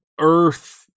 Earth